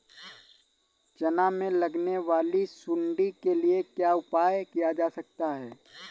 चना में लगने वाली सुंडी के लिए क्या उपाय किया जा सकता है?